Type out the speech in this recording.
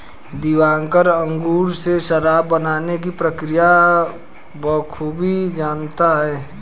दिवाकर अंगूर से शराब बनाने की प्रक्रिया बखूबी जानता है